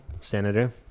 Senator